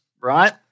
Right